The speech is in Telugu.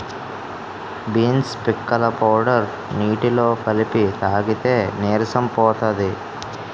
బీన్స్ పిక్కల పౌడర్ నీటిలో కలిపి తాగితే నీరసం పోతది